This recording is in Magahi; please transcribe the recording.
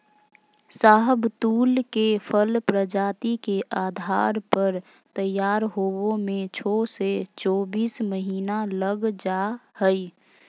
शाहबलूत के फल प्रजाति के आधार पर तैयार होवे में छो से चोबीस महीना लग जा हई